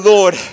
Lord